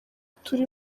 turi